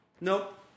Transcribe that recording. Nope